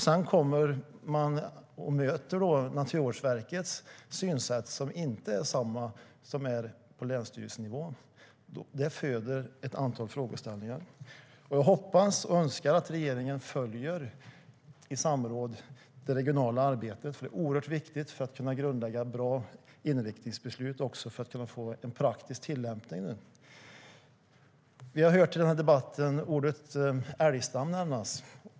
Sedan möter de Naturvårdsverkets synsätt, som inte är detsamma som det på länsstyrelsenivå, och det föder ett antal frågeställningar. Vi har i debatten hört ordet älgstam nämnas.